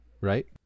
right